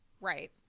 right